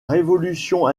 révolution